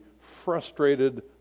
frustrated